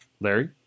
larry